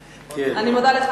אני מודה לך.